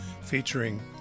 featuring